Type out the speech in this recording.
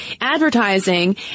advertising